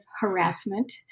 harassment